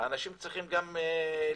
האנשים צריכים גם לחיות.